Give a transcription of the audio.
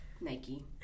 Nike